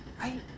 right